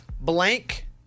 Blank